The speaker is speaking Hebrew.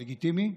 לגיטימי.